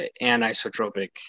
anisotropic